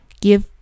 give